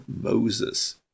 Moses